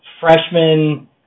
freshman